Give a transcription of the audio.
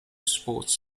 sports